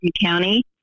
County